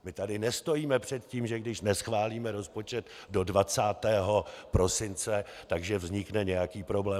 My tady nestojíme před tím, že když neschválíme rozpočet do 20. prosince, vznikne nějaký problém.